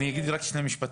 אני אגיד רק שני משפטים.